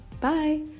Bye